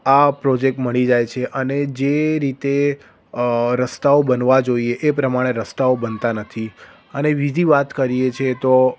આ પ્રોજેક્ટ મળી જાય છે અને જે રીતે રસ્તાઓ બનવા જોઈએ એ પ્રમાણે રસ્તાઓ બનતા નથી અને બીજી વાત કરીએ છીએ તો